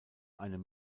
einem